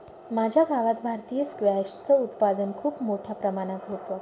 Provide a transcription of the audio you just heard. माझ्या गावात भारतीय स्क्वॅश च उत्पादन खूप मोठ्या प्रमाणात होतं